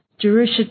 Jerusha